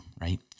right